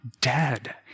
dead